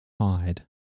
hide